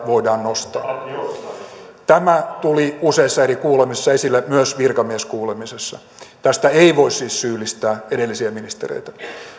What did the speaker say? voidaan nostaa tämä tuli useissa eri kuulemisissa esille myös virkamieskuulemisessa tästä ei voi siis syyllistää edellisiä ministereitä